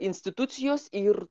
institucijos ir